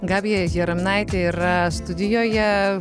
gabija jaraminaitė yra studijoje